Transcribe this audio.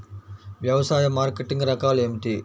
వ్యవసాయ మార్కెటింగ్ రకాలు ఏమిటి?